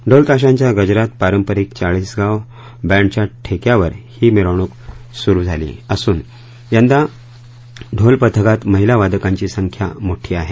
ढोल ताशांच्या गजरात पारंपरिक चाळीसगाव बँडच्या ठेक्यावर ही मिरवणूक सुरू झाली असून यंदा ढोल पथकात महिला वादकांची संख्या मोठी आहे